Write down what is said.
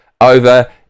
over